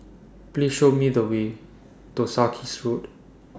Please Show Me The Way to Sarkies Road